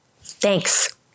thanks